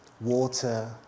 water